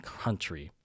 country